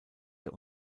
der